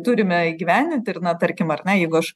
turime įgyvendinti ir na tarkim ar ne jeigu aš